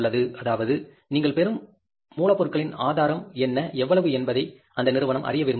அதாவது நீங்கள் பெறும் மூலப்பொருளின் ஆதாரம் என்ன எவ்வளவு என்பதை அந்த நிறுவனம் அறிய விரும்புகிறது